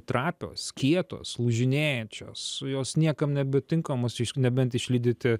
trapios kietos lūžinėjančios jos niekam nebetinkamos nebent išlydyti